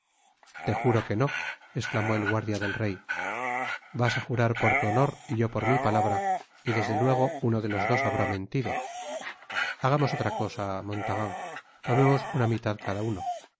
te juro que no esclamó el guardia del rey vas á jurar por tu honor y yo por mi palabra y desde luego uno de los dos habrá mentido llagamos otra cosa montaran tomemos una mitad cada uno